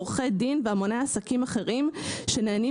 עורכי דין והמוני עסקים אחרים שנהנים